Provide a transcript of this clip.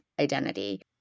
identity